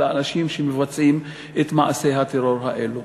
על האנשים שמבצעים את מעשי הטרור האלה.